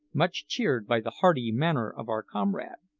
much cheered by the hearty manner of our comrade.